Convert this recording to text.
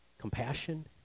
compassion